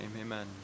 amen